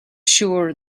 sure